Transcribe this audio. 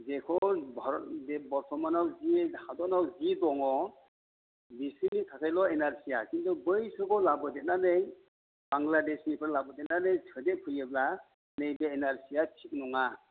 जेखौ भारत बे बर्टमानआव जि हादरआव जि दङ बिसिनि थाखायल' एनआरसिया खिन्थु बै जुगआव लाबोदेरनानै बांग्लादेशनिफ्राय लाबोदेरनानै सोदेरफैयोब्ला नैबे एनआरसिया थिग नङा